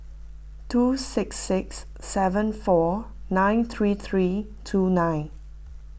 two six six seven four nine three three two nine